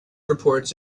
reports